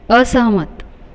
असहमत